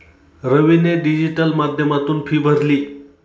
रवीने डिजिटल माध्यमातून फी भरली